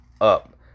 up